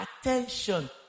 attention